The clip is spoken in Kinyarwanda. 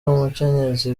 umukenyezi